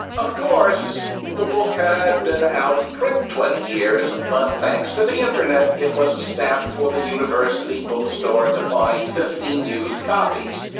of course the book had been out of print twenty years but, thanks to the internet, it was a snap for the university bookstore to find fifteen used copies.